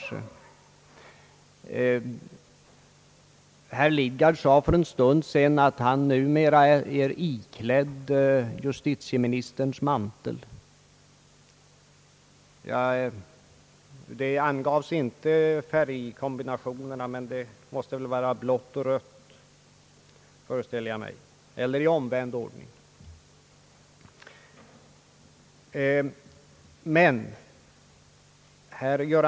Herr Lidgard sade för en stund sedan att han numera var iklädd justitieministerns mantel. Han angav inte färgkombinationerna, men jag föreställer mig att det måste vara blått och rött — eller kanske ordningen skall vara omvänd.